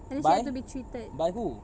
by by who